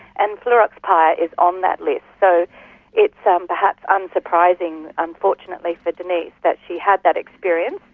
and fluroxypyr ah is on that list. so it's um perhaps unsurprising, unfortunately for denise, that she had that experience,